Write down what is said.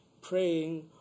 praying